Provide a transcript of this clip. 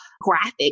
graphic